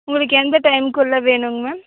உங்களுக்கு எந்த டைம்குள்ளே வேணுங்க மேம்